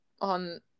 on